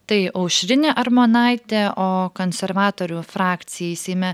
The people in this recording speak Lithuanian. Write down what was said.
tai aušrinė armonaitė o konservatorių frakcijai seime